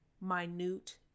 minute